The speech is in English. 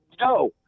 No